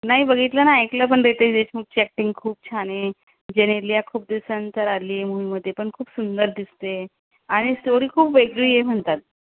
नाही बघितला नाही ऐकलं पण रितेश देशमुखच्या ऍक्टिंग खूप छान आहे जेनेलिया खूप दिवसानंतर आलीय मुव्हीमध्ये पण खूप सुंदर दिसते आणि स्टोरी खूप वेगळी आहे म्हणतात